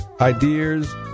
ideas